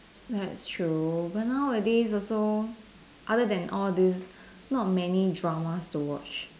that's true but nowadays also other than all this not many Dramas to watch